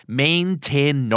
maintain